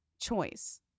choice